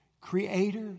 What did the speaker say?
creator